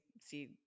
see